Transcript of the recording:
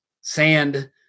sand